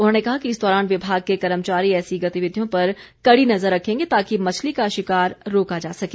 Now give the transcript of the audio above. उन्होंने कहा कि इस दौरान विभाग के कर्मचारी ऐसी गतिविधियों पर कड़ी नज़र रखेंगे ताकि मछली का शिकार रोका जा सके